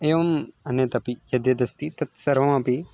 एवम् अन्यत् अपि यद्यदस्ति तत्सर्वमपि